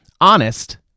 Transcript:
honest